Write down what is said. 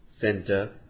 Center